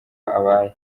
abaye